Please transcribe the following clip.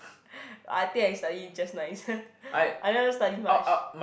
I think I study just nice I never study much